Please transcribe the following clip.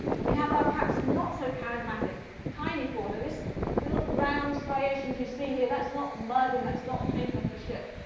and we have our, perhaps, not so charismatic tiny fauna. this little brown striations you see here, that's not mud and that's not paint off the ship.